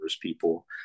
people